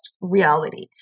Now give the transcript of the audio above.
reality